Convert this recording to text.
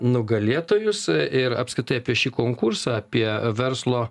nugalėtojus ir apskritai apie šį konkursą apie verslo